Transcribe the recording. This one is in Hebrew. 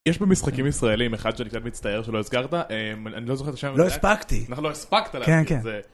יש במשחקים ישראלים אחד שאני קצת מצטער שלא הזכרת אני לא זוכר את השם לא הספקתי. נכון, לא הספקת. זה,